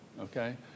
Okay